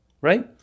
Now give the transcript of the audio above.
right